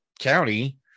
County